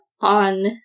on